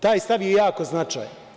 Taj stav je jako značajan.